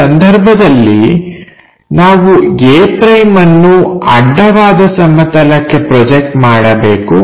ಈ ಸಂದರ್ಭದಲ್ಲಿ ನಾವು a'ಅನ್ನು ಅಡ್ಡವಾದ ಸಮತಲಕ್ಕೆ ಪ್ರೊಜೆಕ್ಟ್ ಮಾಡಬೇಕು